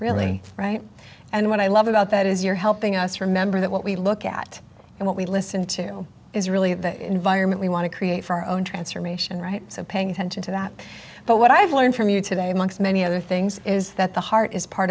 really right and what i love about that is you're helping us remember that what we look at and what we listen to is really the environment we want to create for our own transformation right so paying attention to that but what i've learned from you today amongst many other things is that the heart is part